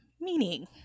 Meaning